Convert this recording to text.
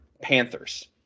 Panthers